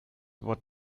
what